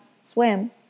swim